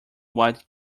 what